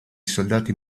soldati